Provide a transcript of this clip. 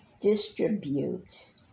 distribute